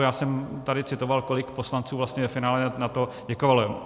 Já jsem tady citoval, kolik poslanců vlastně ve finále na to děkovalo.